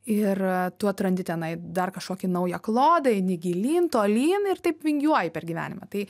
ir tu atrandi tenai dar kažkokį naują klodą eini gilyn tolyn ir taip vingiuoji per gyvenimą tai